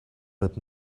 but